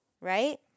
right